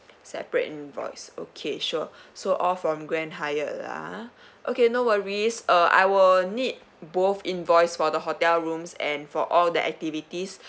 separate invoice okay sure so all from grand Hyatt ah okay no worries uh I will need both invoice for the hotel rooms and for all the activities